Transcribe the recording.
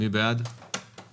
מי בעד ההסתייגות?